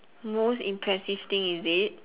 most impressive thing is it